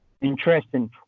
interesting